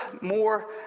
more